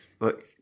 look